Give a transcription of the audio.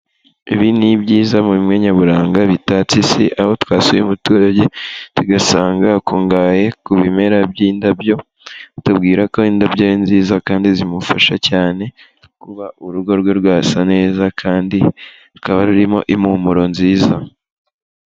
Ibi ni byizayiza mu bimwe nyaburanga bitatse isi, aho twasuye umuturage bigasanga akungahaye ku bimera by'indabyo, atubwira ko indabyo nziza kandi zimufasha cyane, kuba urugo rwe rwasa neza kandi rukaba rurimo impumuro nziza.